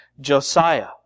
Josiah